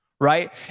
right